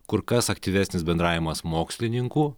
kur kas aktyvesnis bendravimas mokslininkų